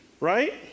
right